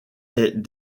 est